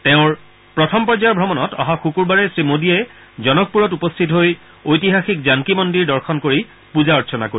তেওঁৰ ভ্ৰমণৰ প্ৰথম পৰ্যায়ত অহা শুকুৰবাৰে শ্ৰীমোডীয়ে জনকপুৰত উপস্থিত হৈ ঐতিহাসিক জানকী মন্দিৰ দৰ্শন কৰি পুজা অৰ্চনা কৰিব